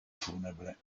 funebre